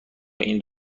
این